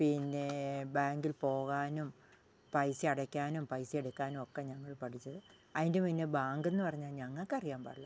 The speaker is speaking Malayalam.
പിന്നേ ബാങ്കിൽ പോകാനും പൈസ അടയ്ക്കാനും പൈസ എടുക്കാനും ഒക്കെ ഞങ്ങൾ പഠിച്ചത് അതിൻ്റെ പിന്നെ ബാങ്ക് എന്ന് പറഞ്ഞാൽ ഞങ്ങൾക്ക് അറിയാൻ പാടില്ല